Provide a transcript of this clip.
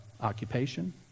occupation